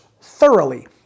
thoroughly